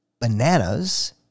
bananas